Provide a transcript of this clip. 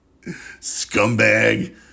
scumbag